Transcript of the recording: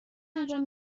انجام